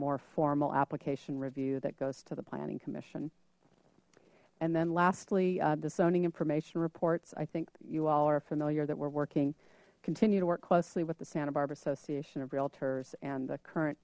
more formal application review that goes to the planning commission and then lastly the zoning information reports i think you all are familiar that we're working continue to work closely with the santa barbara association of realtors and the current